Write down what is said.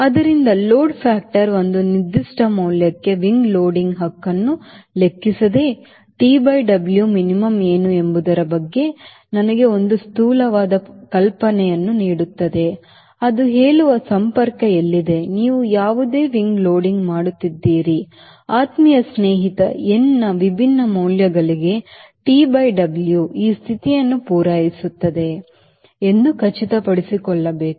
ಆದ್ದರಿಂದ load factor ಒಂದು ನಿರ್ದಿಷ್ಟ ಮೌಲ್ಯಕ್ಕೆ wing loading ಹಕ್ಕನ್ನು ಲೆಕ್ಕಿಸದೆ T by W minimum ಏನು ಎಂಬುದರ ಬಗ್ಗೆ ನನಗೆ ಒಂದು ಸ್ಥೂಲವಾದ ಕಲ್ಪನೆಯನ್ನು ನೀಡುತ್ತದೆ ಅದು ಹೇಳುವ ಸಂಪರ್ಕ ಎಲ್ಲಿದೆ ನೀವು ಯಾವುದೇ wing loading ಮಾಡುತ್ತಿದ್ದೀರಿ ಆತ್ಮೀಯ ಸ್ನೇಹಿತ n ನ ವಿಭಿನ್ನ ಮೌಲ್ಯಗಳಿಗೆ TW ಈ ಸ್ಥಿತಿಯನ್ನು ಪೂರೈಸುತ್ತದೆ ಎಂದು ಖಚಿತಪಡಿಸಿಕೊಳ್ಳಬೇಕು